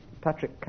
Patrick